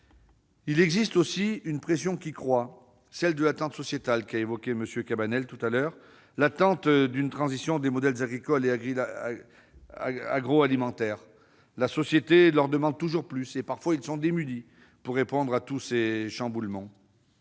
Il existe une autre forme de pression, celle de l'attente sociétale, qu'a évoquée M. Cabanel, celle d'une transition des modèles agricoles et agroalimentaires. La société leur demande toujours plus, et, parfois, ils sont démunis pour répondre à ces chamboulements.